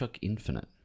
Infinite